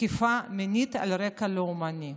תקיפה מינית על רקע לאומני,